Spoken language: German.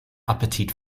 appetit